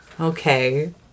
Okay